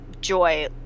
joy